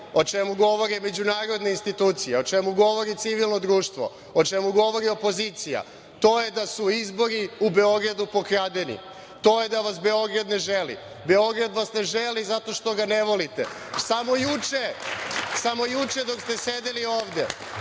o čemu govore međunarodne institucije, o čemu govori civilno društvo, o čemu govori opozicija, to je da su izbori u Beogradu pokradeni, to je da vas Beograd ne želi. Beograd vas ne želi zato što ga ne volite. Samo juče dok ste sedeli ovde